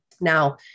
Now